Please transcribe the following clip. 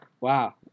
Wow